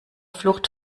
flucht